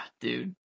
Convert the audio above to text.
dude